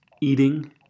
eating